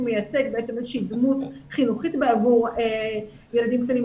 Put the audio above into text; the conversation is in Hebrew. מייצג בעצם איזושהי דמות חינוכית בעבור ילדים קטנים.